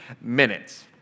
minutes